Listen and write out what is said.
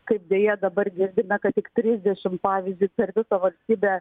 kaip deja dabar girdime kad tik trisdešim pavyzdžiui per visą valstybę